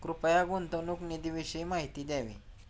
कृपया गुंतवणूक निधीविषयी माहिती द्यावी